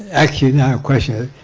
a like you know question.